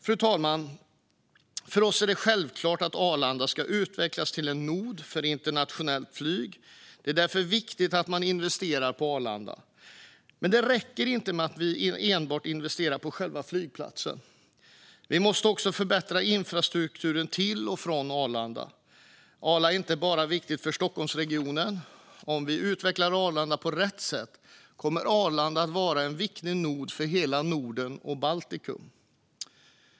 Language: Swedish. Fru talman! För oss är det självklart att Arlanda ska utvecklas till en nod för internationellt flyg. Det är därför viktigt att man investerar på Arlanda. Men det räcker inte att vi enbart investerar på själva flygplatsen. Vi måste också förbättra infrastrukturen till och från Arlanda. Arlanda är inte bara viktigt för Stockholmsregionen. Om vi utvecklar Arlanda på rätt sätt kommer Arlanda att vara en viktig nod för hela Norden och Baltikum.